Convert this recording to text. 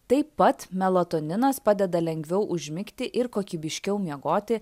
taip pat melatoninas padeda lengviau užmigti ir kokybiškiau miegoti